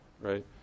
right